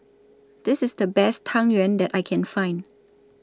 This IS The Best Tang Yuen that I Can Find